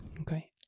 okay